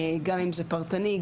גם אם זה פרטני,